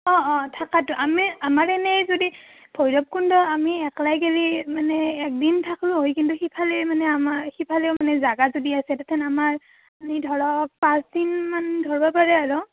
অঁ অঁ থকাটো আমি আমাৰ এনেই যদি ভৈৰৱকুণ্ড আমি অকলেই গ'লে মানে এদিন থাকিলো হয় কিন্তু সিফালে মানে আমাৰ সিফালেও মানে জেগা যদি আছে তেনেহ'লে আমাৰ আমি ধৰক পাঁচদিনমান ধৰিব পাৰে আৰু